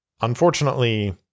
Unfortunately